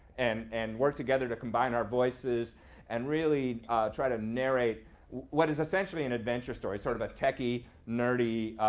and and work together to combine our voices and really try to narrate what is essentially an adventure story, sort of a techie, nerdy,